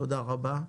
תודה רבה.